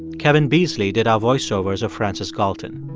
kevin beesley did our voice-overs of francis galton.